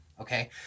Okay